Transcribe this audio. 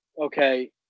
Okay